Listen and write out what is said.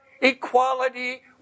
equality